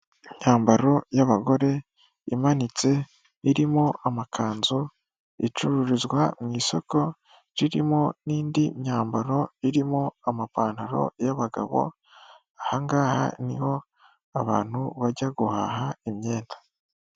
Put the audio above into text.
Imyambaro y'abagore imanitse irimo amakanzu icururizwa mu isoko ririmo n'indi myambaro irimo amapantaro y'abagabo, ahangaha niho abantu bajya guhaha imyenda.